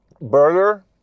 burger